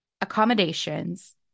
accommodations